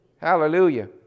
hallelujah